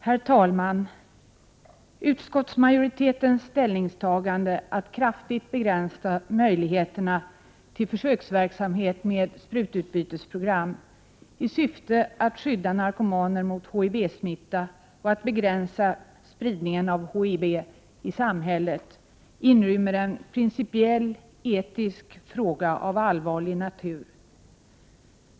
Herr talman! Utskottsmajoritetens ställningstagande att kraftigt begränsa möjligheterna till försöksverksamhet med sprututbytesprogram i syfte att skydda narkomaner mot HIV-smitta och att begränsa spridningen av HIV i samhället inrymmer en principiell etisk fråga av allvarlig natur.